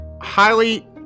highly